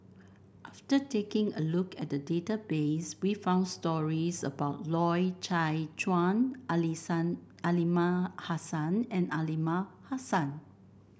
after taking a look at database we found stories about Loy Chye Chuan Aliman Hassan and Aliman Hassan